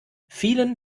vielen